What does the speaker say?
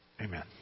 Amen